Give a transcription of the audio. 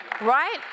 Right